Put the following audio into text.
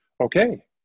okay